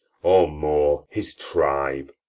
or more, his tribe,